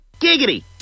Giggity